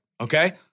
Okay